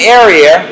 area